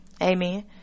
Amen